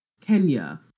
Kenya